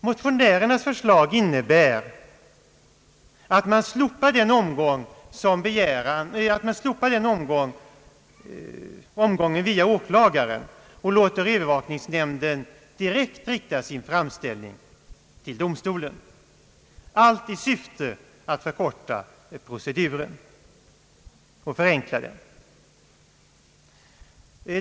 Motionärernas förslag innebär att man slopar omgången via åklagare och låter övervakningsnämnden direkt rikta sin framställning till domstolen, allt i syfte att förkorta och förenkla proceduren.